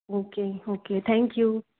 okay okay thank you